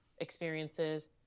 experiences